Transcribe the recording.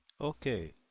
Okay